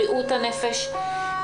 בריאות הנפש,